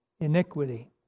Iniquity